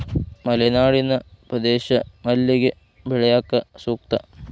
ಮಲೆನಾಡಿನ ಪ್ರದೇಶ ಮಲ್ಲಿಗೆ ಬೆಳ್ಯಾಕ ಸೂಕ್ತ